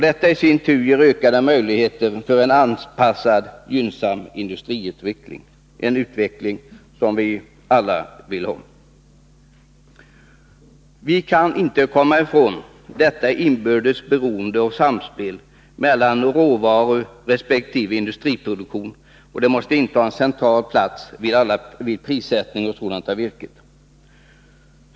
Detta ger i sin tur ökade möjligheter för en anpassad, gynnsam industriutveckling, en utveckling som vi allå vill ha. Vi kan inte komma ifrån samspelet mellan råvaruproduktion och industriproduktion. Detta inbördes beroende måste inta en central plats vid bl.a. prissättning av virket.